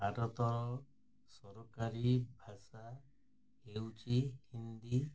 ଭାରତର ସରକାରୀ ଭାଷା ହେଉଛିି ହିନ୍ଦୀ